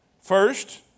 First